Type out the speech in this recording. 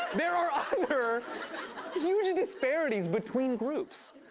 there are other huge disparities between groups.